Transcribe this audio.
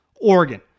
Oregon